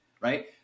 right